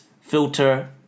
filter